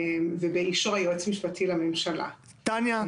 ובאישור היועץ המשפטי לממשלה --- תניה,